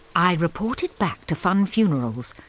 i reported back to funn funerals,